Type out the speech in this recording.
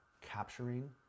capturing